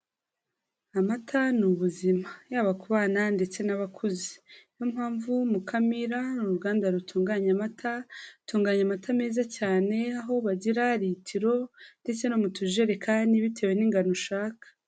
Amata ni ubuzima yaba ku bana ndetse n'abakuze, ni yo mpamvu Mukamira ni uruganda rutunganya amata, rutuganya amata meza cyane aho bagira litiro ndetse no mu tujerekani bitewe n'ingano ushaka.